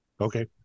Okay